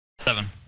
seven